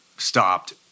stopped